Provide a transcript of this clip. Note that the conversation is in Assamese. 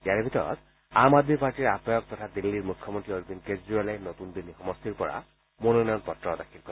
ইয়াৰ ভিতৰত আম আদমি পাৰ্টিৰ আহবায়ক তথা দিল্লীৰ মুখ্যমন্ত্ৰী অৰবিন্দ কেজৰিৱালে নতুন দিল্লী সমষ্টিৰ পৰা মনোনয়ন পত্ৰ দাখিল কৰে